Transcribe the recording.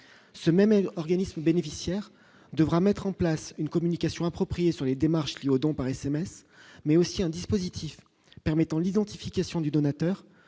ce même organisme bénéficiaire devra mettre en place une communication appropriés sur les démarches liées au don par SMS mais aussi un dispositif permettant l'identification du donateur,